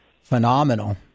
phenomenal